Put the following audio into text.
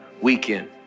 weekend